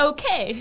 Okay